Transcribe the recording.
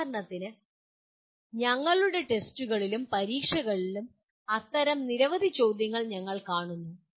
ഉദാഹരണത്തിന് ഞങ്ങളുടെ ടെസ്റ്റുകളിലും പരീക്ഷകളിലും അത്തരം നിരവധി ചോദ്യങ്ങൾ ഞങ്ങൾ കാണുന്നു